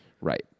Right